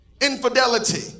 infidelity